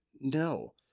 No